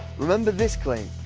remember this claim?